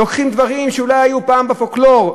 לוקחים דברים שאולי היו פעם בפולקלור,